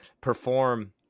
perform